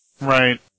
Right